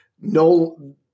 no